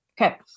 Okay